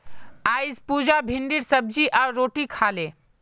अईज पुजा भिंडीर सब्जी आर रोटी खा ले